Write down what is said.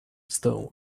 stone